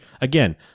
again